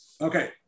Okay